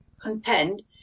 contend